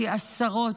כי עשרות,